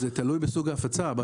זה תלוי בסוג ההפצה.